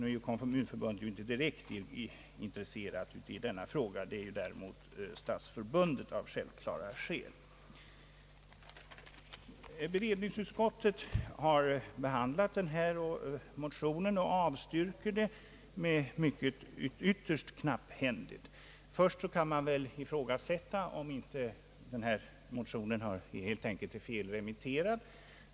Nu är ju kommunförbundet inte direkt intresserat i denna fråga, vilket däremot stadsförbundet av självklara skäl är, Allmänna beredningsutskottet har behandlat motionen och avstyrker den med en ytterst knapphändig motivering. Det kan väl ifrågasättas om inte denna motion helt enkelt är felremitterad.